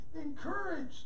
encouraged